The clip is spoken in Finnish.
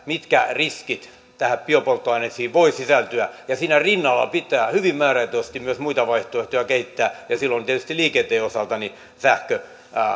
mitkä riskit näihin biopolttoaineisiin voivat sisältyä siinä rinnalla pitää hyvin määrätietoisesti myös muita vaihtoehtoja kehittää silloin tietysti liikenteen osalta sähkö